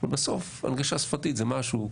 בסוף הנגשה שפתית זה משהו.